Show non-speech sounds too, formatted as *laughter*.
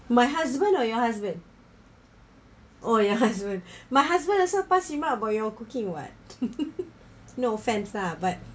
my husband or your husband oh your husband *breath* my husband but you're cooking [what] *laughs* no offence ah but